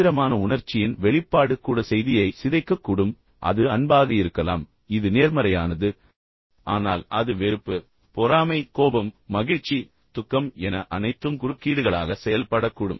தீவிரமான உணர்ச்சியின் வெளிப்பாடு கூட செய்தியை சிதைக்கக்கூடும் அது அன்பாக இருக்கலாம் இது நேர்மறையானது ஆனால் அது வெறுப்பு பொறாமை கோபம் மகிழ்ச்சி துக்கம் என அனைத்தும் குறுக்கீடுகளாக செயல்படக்கூடும்